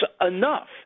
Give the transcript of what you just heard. enough